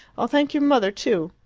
i'll thank your mother too.